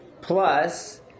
plus